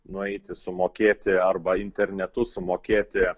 nueiti sumokėti arba internetu sumokėti